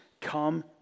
come